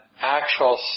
actual